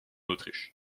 autriche